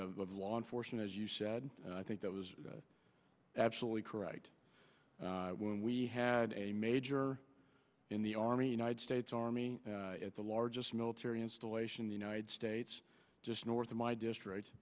of law enforcement as you said and i think that was absolutely correct when we had a major in the army united states army at the largest military installation the united states just north of my district